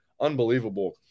Unbelievable